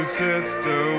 sister